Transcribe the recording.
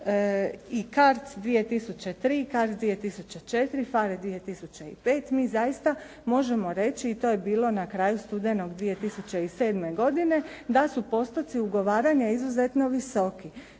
i CARDS 2003 i CARDS 2004., PHARE 2005 mi zaista možemo reći i to je bilo na kraju studenog 2007. godine da su postotci ugovaranja izuzetno visoki.